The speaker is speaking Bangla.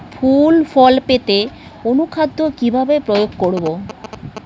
ফুল ফল পেতে অনুখাদ্য কিভাবে প্রয়োগ করব?